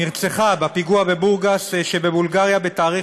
נרצחה בפיגוע בבורגס שבבולגריה בתאריך